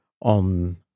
on